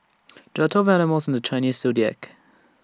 there are twelve animals in the Chinese Zodiac